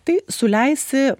tai suleisi